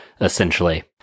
essentially